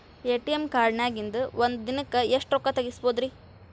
ATM ಕಾರ್ಡ್ನ್ಯಾಗಿನ್ದ್ ಒಂದ್ ದಿನಕ್ಕ್ ಎಷ್ಟ ರೊಕ್ಕಾ ತೆಗಸ್ಬೋದ್ರಿ?